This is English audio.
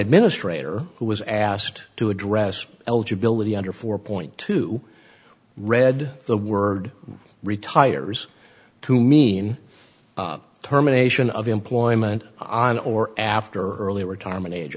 administrator who was asked to address eligibility under four point two read the word retires to mean terminations of employment on or after early retirement age